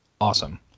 awesome